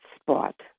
spot